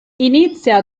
inizia